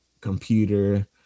computer